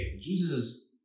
Jesus